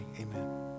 amen